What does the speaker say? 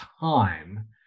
time